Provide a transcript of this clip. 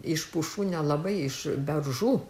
iš pušų nelabai iš beržų